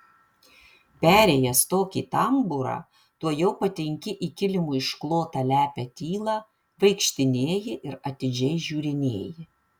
perėjęs tokį tambūrą tuojau patenki į kilimu išklotą lepią tylą vaikštinėji ir atidžiai žiūrinėji